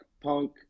punk